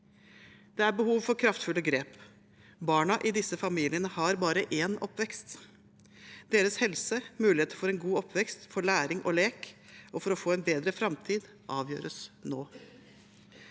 det er behov for kraftfulle grep. Barna i disse familiene har bare én oppvekst. Deres helse, mulighet for en god oppvekst, læring og lek, og for å få en bedre framtid avgjøres nå.